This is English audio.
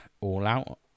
All-Out